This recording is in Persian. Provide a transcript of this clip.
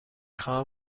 خواهم